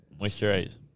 Moisturize